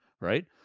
right